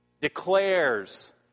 declares